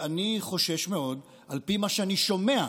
על פי מה שאני שומע,